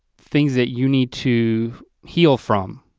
things that you need to heal from?